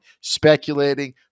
speculating